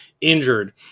injured